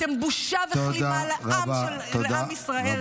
אתם בושה וכלימה לעם ישראל.